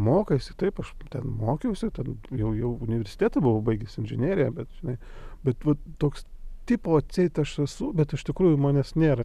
mokaisi taip aš ten mokiausi jau jau universitetą buvau baigęs inžineriją bet žinai bet toks tipo atseit aš esu bet iš tikrųjų manęs nėra